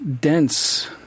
dense